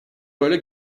böyle